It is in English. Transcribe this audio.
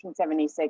1976